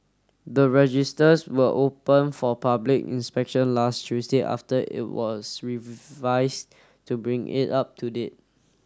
the registers were open for public inspection last Tuesday after it was revised to bring it up to date